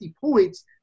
points